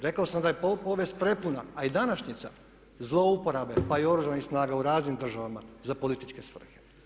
Rekao sam da je povijest prepuna, a i današnjica zlouporabe, pa i Oružanih snaga u raznim državama za političke svrhe.